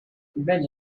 revenge